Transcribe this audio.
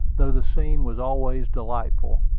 though the scene was always delightful,